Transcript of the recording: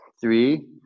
three